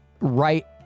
right